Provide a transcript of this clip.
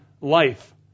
life